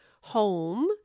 home